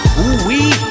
Ooh-wee